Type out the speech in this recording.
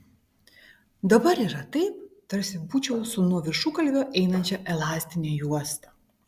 dabar yra taip tarsi būčiau su nuo viršugalvio einančia elastine juosta